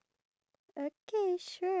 went to the shop